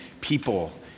people